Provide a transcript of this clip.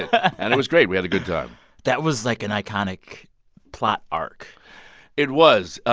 and it was great. we had a good time that was, like, an iconic plot arc it was.